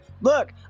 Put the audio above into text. Look